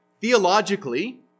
Theologically